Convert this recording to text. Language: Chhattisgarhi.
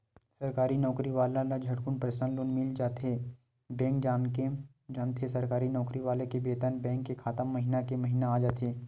सरकारी नउकरी वाला ल झटकुन परसनल लोन मिल जाथे बेंक जानथे सरकारी नउकरी वाला के बेतन बेंक के खाता म महिना के महिना आ जाथे